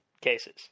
cases